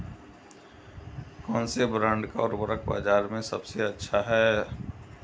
कौनसे ब्रांड का उर्वरक बाज़ार में सबसे अच्छा हैं?